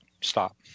stop